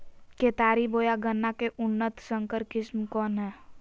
केतारी बोया गन्ना के उन्नत संकर किस्म कौन है?